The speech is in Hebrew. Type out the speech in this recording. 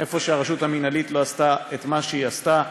איפה שהרשות המינהלית לא עשתה את מה שהיא עשתה.